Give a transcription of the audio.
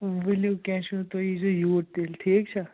آ ؤلِو کیٚنٛہہ چھُنہٕ تُہۍ ییٖزیٚو یوٗرۍ تیٚلہِ ٹھیٖک چھا